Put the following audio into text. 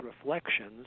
reflections